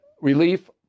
relief